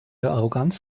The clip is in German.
arroganz